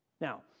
Now